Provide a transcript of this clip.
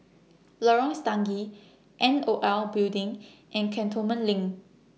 Lorong Stangee N O L Building and Cantonment LINK